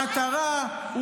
המטרה,